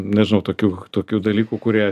nežinau tokių tokių dalykų kurie